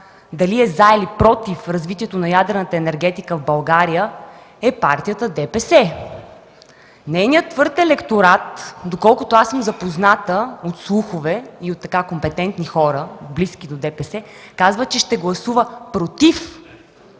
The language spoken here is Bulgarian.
дали е „за” или „против” развитието на ядрената енергетика в България, е партията ДПС. Нейният твърд електорат, доколкото съм запозната от слухове и от компетентни хора, близки до ДПС, ще гласува „против”.